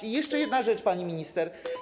I jeszcze jedna rzecz, pani minister.